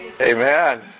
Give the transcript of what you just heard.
Amen